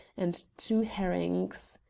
and two herrings.